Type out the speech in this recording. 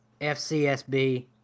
FCSB